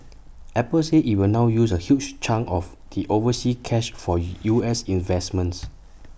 Apple said IT will now use A large chunk of the overseas cash for U S investments